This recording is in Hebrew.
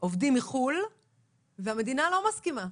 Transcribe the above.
עובדים מחו"ל - והמדינה לא מסכימה.